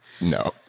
No